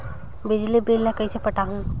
बिजली बिल ल कइसे पटाहूं?